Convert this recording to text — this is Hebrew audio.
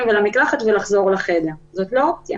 ולמקלחת ואז לחזור לחדר זאת לא אופציה.